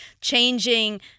changing